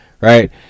right